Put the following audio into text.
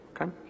Okay